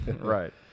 right